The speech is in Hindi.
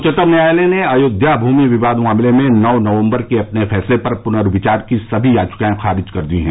उच्चतम न्यायालय ने अयोध्या भूमि विवाद मामले में नौ नवम्बर के अपने फैसले पर पुनर्विचार की सभी याचिकाएं खारिज कर दी हैं